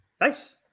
Nice